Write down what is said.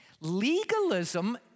Legalism